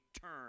turn